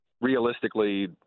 realistically